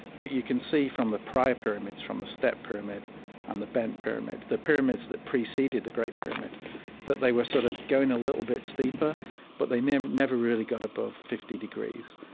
but you can see from the prior pyramids from the step pyramid and the bent pyramid, the pyramids that preceded the great pyramid that they were sort of going a little bit steeper but they never never really got above fifty degrees.